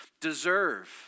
deserve